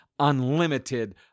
unlimited